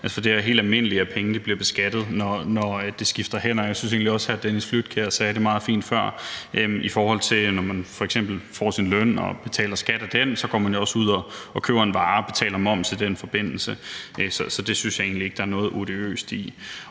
for det er helt almindeligt, at penge bliver beskattet, når de skifter hænder. Jeg synes egentlig også, at hr. Dennis Flydtkjær sagde det meget fint før, i forhold til at man f.eks. får sin løn og betaler skat af den, og så går man ud og køber en vare og betaler moms i den forbindelse, så det synes jeg egentlig ikke der er noget odiøst i.